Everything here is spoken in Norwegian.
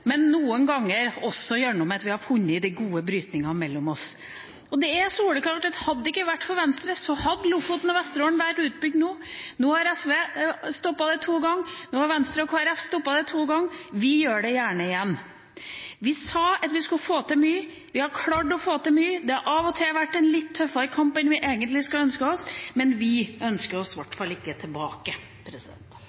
men noen ganger også gjennom at vi har funnet de gode brytningene mellom oss. Og det er soleklart at hadde det ikke vært for Venstre, hadde Lofoten og Vesterålen vært utbygd nå. Nå har SV stoppet det to ganger, Venstre og Kristelig Folkeparti har stoppet det to ganger, og vi gjør det gjerne igjen. Vi sa at vi skulle få til mye. Vi har klart å få til mye. Det har av og til vært en litt tøffere kamp enn vi egentlig skulle ønske oss, men vi ønsker oss